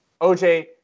OJ